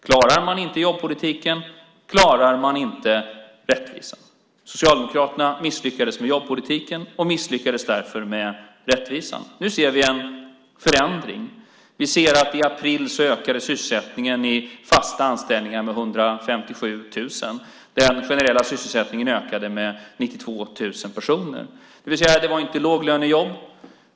Klarar man inte jobbpolitiken klarar man inte rättvisan. Socialdemokraterna misslyckades med jobbpolitiken och misslyckades därför med rättvisan. Nu ser vi en förändring. Vi ser att i april ökade sysselsättningen i fasta anställningar med 157 000 jämfört med april 2007. Den generella sysselsättningen ökade med 92 000 personer. Detta var inga låglönejobb.